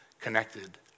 connected